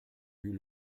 eus